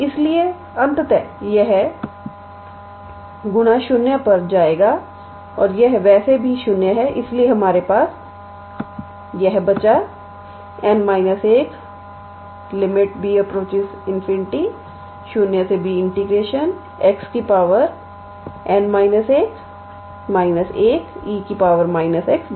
इसलिए अंततः यह गुना 0 पर जाएगा और यह वैसे भी 0 है इसलिए हमारे पास यह बचा 𝑛 1 B∞0B𝑥 𝑛−1−1𝑒 −𝑥𝑑𝑥